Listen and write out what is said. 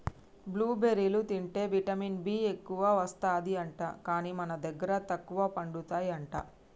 blue బెర్రీలు తింటే vitamin B ఎక్కువస్తది అంట, కానీ మన దగ్గర తక్కువ పండుతాయి అంట